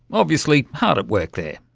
obviously hard at work there.